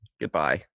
goodbye